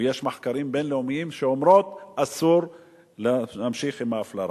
ויש מחקרים בין-לאומיים שאומרים: אסור להמשיך עם ההפלרה.